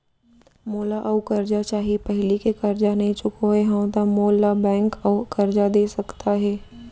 मोला अऊ करजा चाही पहिली के करजा नई चुकोय हव त मोल ला बैंक अऊ करजा दे सकता हे?